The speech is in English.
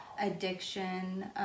addiction